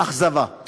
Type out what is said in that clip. אכזבה.